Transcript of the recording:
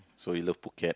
so we love Phuket